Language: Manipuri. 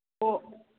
ꯑꯣ